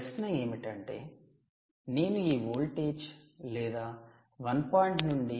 ప్రశ్న ఏమిటంటే నేను ఈ వోల్టేజ్ లేదా 1